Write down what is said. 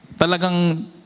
Talagang